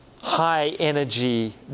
high-energy